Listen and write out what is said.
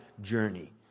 journey